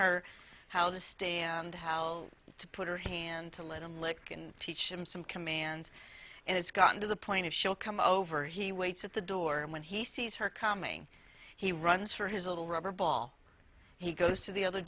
her how to stay and how to put her hand to let him lick and teach him some commands and it's gotten to the point of she'll come over he waits at the door and when he sees her coming he runs for his little rubber ball he goes to the other